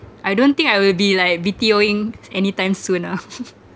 I don't think I will be like B_T_Oing anytime soon ah